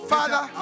Father